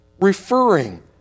referring